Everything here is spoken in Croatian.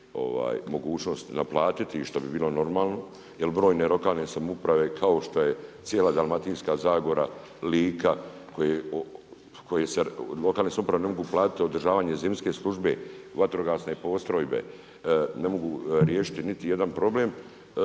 mogućnost naplatiti što bi bilo normalno jer brojne lokalne samouprave kao što je cijela Dalmatinska zagora, Lika, koje lokalne samouprave ne mogu platit održavanje zimske službe, vatrogasne postrojbe, ne mogu riješiti niti jedan problem,